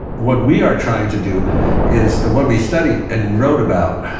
what we are trying to do is, what we studied and wrote about,